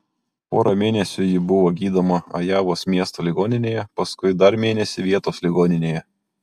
porą mėnesių ji buvo gydoma ajovos miesto ligoninėje paskui dar mėnesį vietos ligoninėje